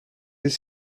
است